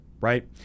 right